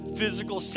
physical